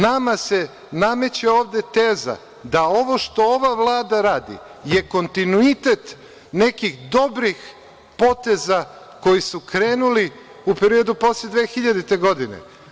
Nama se nameće ovde teza da ovo što ova Vlada radi je kontinuitet nekih dobrih poteza koji su krenuli u periodu posle 2000. godine.